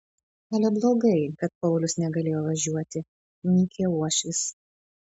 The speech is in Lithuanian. ale blogai kad paulius negalėjo važiuoti mykė uošvis